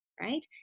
right